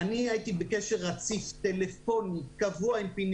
אני הייתי בקשר רציף טלפוני קבוע עם פיני